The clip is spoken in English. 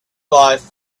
life